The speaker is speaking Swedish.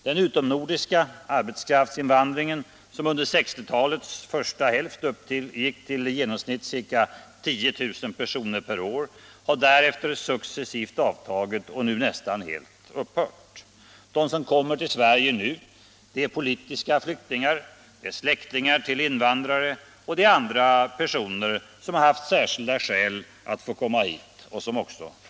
Den utomnordiska arbetskraftsinvandringen, som under 1960 talets första hälft uppgick till i genomsnitt ca 10 000 personer per år, har därefter successivt avtagit och nu nästan helt upphört. De som kommer till Sverige i dag är politiska flyktingar, släktingar till invandrare och andra personer som har haft särskilda skäl att få komma hit.